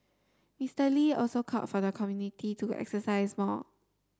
Mister Lee also called for the community to exercise more